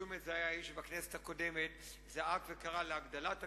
ג'ומס הוא האיש שבכנסת הקודמת זעק וקרא להגדלת הגירעון,